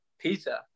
pizza